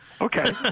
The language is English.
okay